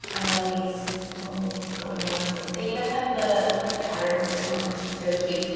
i love these little sewing ones. they even have the like pattern numbers on them, it's really cute.